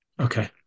Okay